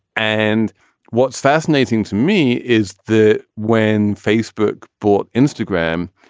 and what's fascinating to me is the when facebook bought instagram,